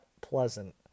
pleasant